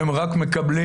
הם רק מקבלים.